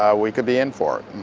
ah we could be in for it.